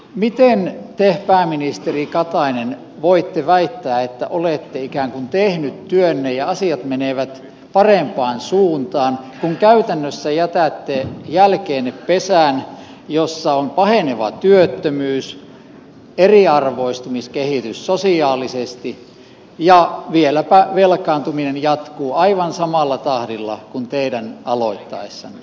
miten te pääministeri katainen voitte väittää että olette ikään kuin tehnyt työnne ja asiat menevät parempaan suuntaan kun käytännössä jätätte jälkeenne pesän jossa on paheneva työttömyys eriarvioistumiskehitys sosiaalisesti ja vieläpä velkaantuminen jatkuu aivan samalla tahdilla kuin teidän aloittaessanne